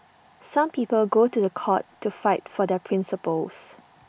some people go to The Court to fight for their principles